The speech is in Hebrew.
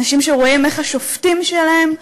אנשים שרואים איך השופטים שלהם,